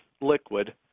liquid